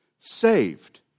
saved